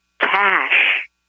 cash